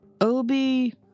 Obi